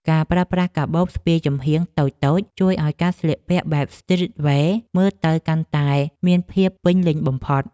ការប្រើប្រាស់កាបូបស្ពាយចំហៀងតូចៗជួយឱ្យការស្លៀកពាក់បែបស្ទ្រីតវែរមើលទៅកាន់តែមានភាពពេញលេញបំផុត។